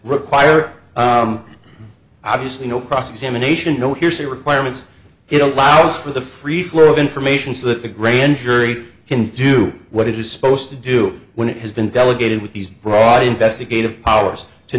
require obviously no process emanation no hearsay requirements it allows for the free flow of information so that the grand jury can do what it is supposed to do when it has been delegated with these broad investigative powers to